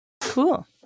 Cool